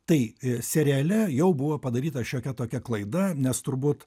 tai seriale jau buvo padaryta šiokia tokia klaida nes turbūt